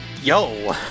yo